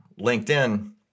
LinkedIn